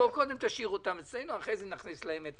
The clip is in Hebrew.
קודם תשאיר את האוצר אצלנו, אחרי זה נכניס להם את